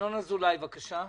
ינון אזולאי בבקשה.